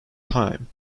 time